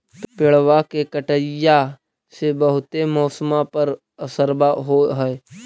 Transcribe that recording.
पेड़बा के कटईया से से बहुते मौसमा पर असरबा हो है?